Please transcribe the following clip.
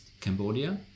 Cambodia